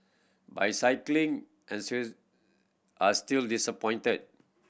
but cycling are still disappointed